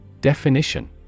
Definition